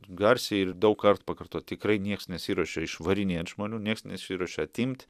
garsiai ir daugkart pakartot tikrai nieks nesiruošia išvarinėt žmonių nieks nesiruošia atimt